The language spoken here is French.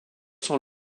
sont